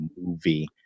movie